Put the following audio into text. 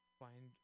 find